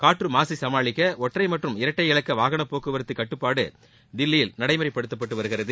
காற்று மாசை சமாளிக்க ஒற்றை மற்றும் இரட்டை இலக்க வாகனப்போக்குவரத்து கட்டுப்பாடு தில்லியில் நடைமுறைப்படுத்தப்பட்டு வருகிறது